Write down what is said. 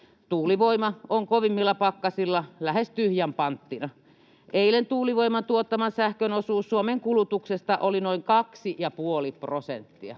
Tuulivoima on kovimmilla pakkasilla lähes tyhjän panttina. Eilen tuulivoiman tuottaman sähkön osuus Suomen kulutuksesta oli noin 2,5 prosenttia.